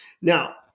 Now